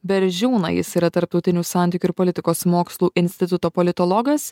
beržiūną jis yra tarptautinių santykių ir politikos mokslų instituto politologas